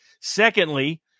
Secondly